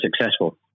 successful